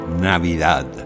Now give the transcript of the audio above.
Navidad